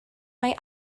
mae